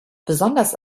besonders